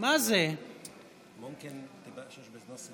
לא רוצה להגיד קצוצות,